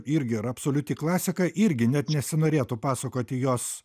irgi yra absoliuti klasika irgi net nesinorėtų pasakoti jos